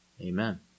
Amen